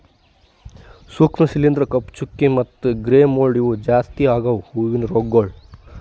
ಸೂಕ್ಷ್ಮ ಶಿಲೀಂಧ್ರ, ಕಪ್ಪು ಚುಕ್ಕಿ ಮತ್ತ ಗ್ರೇ ಮೋಲ್ಡ್ ಇವು ಜಾಸ್ತಿ ಆಗವು ಹೂವಿನ ರೋಗಗೊಳ್